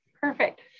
Perfect